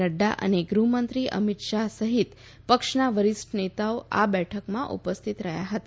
નઙા અને ગૃહમંત્રી અમિત શાફ સહિત પક્ષના વરિષ્ઠ નેતાઓ આ બેઠકમાં ઉપસ્થિત રહ્યા હતા